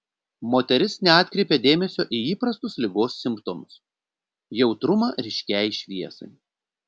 moteris neatkreipė dėmesio į įprastus ligos simptomus jautrumą ryškiai šviesai